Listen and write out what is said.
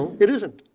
it isn't.